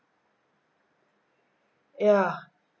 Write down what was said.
yeah